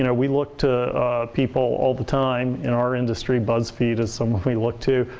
you know we look to people all the time. in our industry, buzzfeed is someone we look to.